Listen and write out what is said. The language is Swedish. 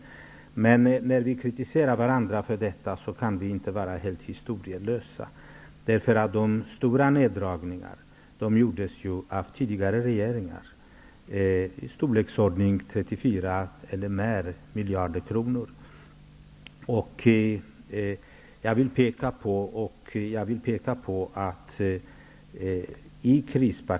När vi kritiserar varandra för sådana här saker kan vi dock inte vara helt historielösa. De stora neddragningarna gjordes av tidigare regeringar. Det rörde sig om 34 miljarder kronor, eller mera. Men jag vill också peka på en sak som jag är väldigt glad för.